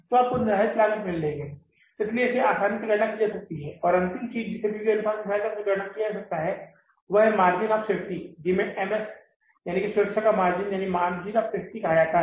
तब आपको निर्धारित लागत मिल रही है इसलिए इसे आसानी से गणना की जा सकती है और अंतिम चीज जिसे P V अनुपात की सहायता से गणना की जा सकती है मार्जिन ऑफ़ सेफ्टी जिसे M S सुरक्षा का मार्जिनमार्जिन ऑफ़ सेफ्टी कहा जाता है